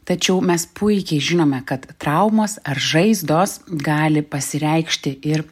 tačiau mes puikiai žinome kad traumos ar žaizdos gali pasireikšti ir